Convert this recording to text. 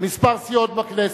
כמה סיעות בכנסת.